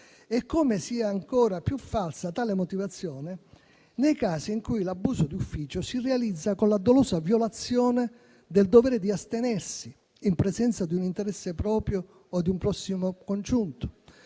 come sia ancora più falsa tale motivazione nei casi in cui l'abuso di ufficio si realizzi con la dolosa violazione del dovere di astenersi in presenza di un interesse proprio o di un prossimo congiunto;